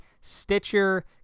Stitcher